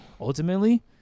Ultimately